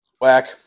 Whack